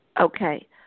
Okay